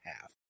half